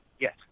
Yes